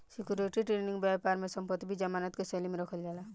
security trading बैपार में संपत्ति भी जमानत के शैली में रखल जाला